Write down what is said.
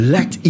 Let